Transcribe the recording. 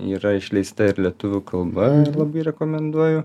yra išleista ir lietuvių kalba labai rekomenduoju